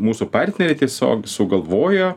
mūsų partneriai tiesiog sugalvojo